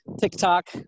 TikTok